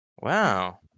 Wow